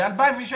-- בנק לאומי.